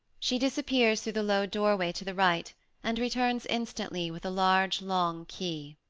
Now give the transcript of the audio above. she disappears through the low doorway to the right and returns instafttly with a large, long key.